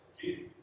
Jesus